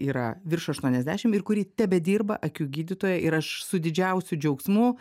yra virš aštuoniasdešimt ir kuri tebedirba akių gydytoja ir aš su didžiausiu džiaugsmu